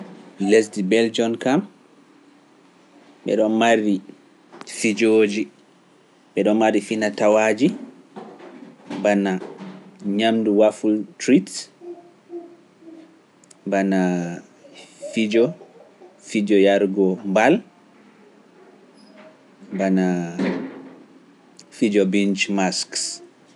Lesdi beljiyom kam, ɓe ɗon mari pijooji, ɓe ɗon mari fina-tawaaji, bana ñaamndu wafultirit, bana fijo, fijo yargo mbal, bana fijo binc masks.